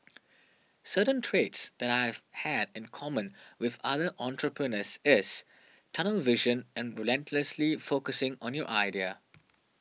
certain traits that I have had in common with other entrepreneurs is tunnel vision and relentlessly focusing on your idea